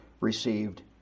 received